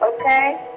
Okay